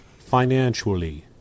financially